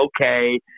okay